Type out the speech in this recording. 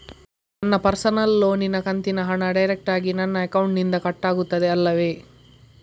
ನನ್ನ ಪರ್ಸನಲ್ ಲೋನಿನ ಕಂತಿನ ಹಣ ಡೈರೆಕ್ಟಾಗಿ ನನ್ನ ಅಕೌಂಟಿನಿಂದ ಕಟ್ಟಾಗುತ್ತದೆ ಅಲ್ಲವೆ?